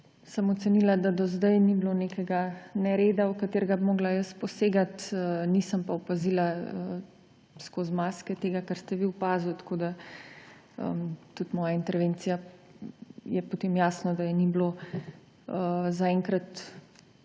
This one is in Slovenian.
Ocenila sem, da do sedaj ni bilo nekega nereda, v katerega bi morala jaz posegati, nisem pa opazila skozi maske tega, kar ste vi opazili. Tako tudi moje intervencije, je potem jasno, da je ni bilo. Zaenkrat